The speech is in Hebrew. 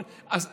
אז תראו,